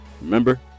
Remember